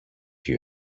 you